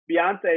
Beyonce